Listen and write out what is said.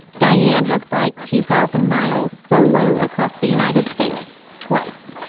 diane has biked two thousand miles solo across the united states, twice.